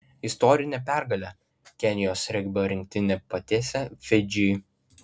istorinė pergalė kenijos regbio rinktinė patiesė fidžį